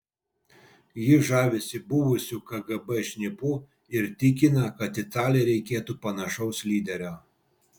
ji žavisi buvusiu kgb šnipu ir tikina kad italijai reikėtų panašaus lyderio